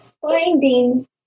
finding